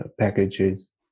packages